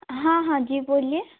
हाँ हाँ जी बोलिए